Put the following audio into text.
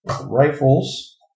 rifles